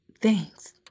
Thanks